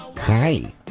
Hi